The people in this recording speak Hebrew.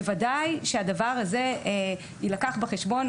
בוודאי שהדבר הזה יילקח בחשבון.